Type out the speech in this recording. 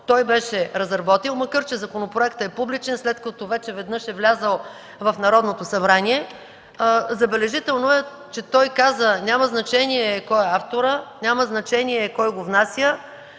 той беше разработил, макар че законопроектът е публичен, след като вече веднъж е влязъл в Народното събрание. Забележително е, че той каза: – няма значение кой е авторът, няма значение кой го внася,